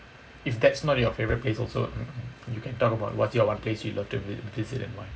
if that's not favourite place also you can talk about what's your one place you love to visit and why